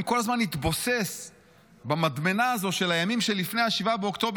אם כל הזמן נתבוסס במדמנה הזו של הימים שלפני 7 באוקטובר,